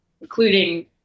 including